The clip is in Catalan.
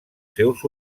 seus